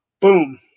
boom